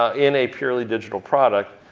ah in a purely digital product?